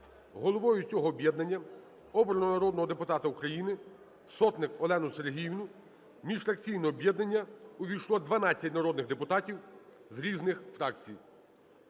Головою цього об'єднання обрано народного депутата України Сотник Олену Сергіївну. У міжфракційне об'єднання увійшло 12 народних депутатів з різних фракцій.